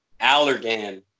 Allergan